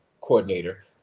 coordinator